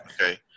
Okay